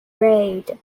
raid